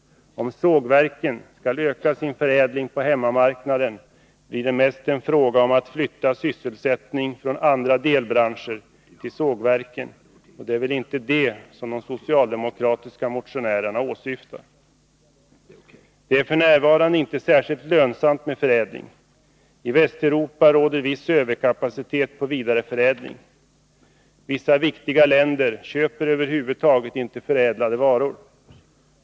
Om sågverken skall öka sin förädling på hemmamarknaden, blir det mest en fråga om att flytta sysselsättning från andra delbranscher till sågverken. Det är väl inte detta de socialdemokratiska motionärerna åsyftar. Det är f. n. inte särskilt lönsamt med förädling. I Västeuropa råder viss överkapacitet på vidareförädling. Vissa viktiga länder köper över huvud taget inte förädlade varor.